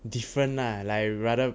different lah like I rather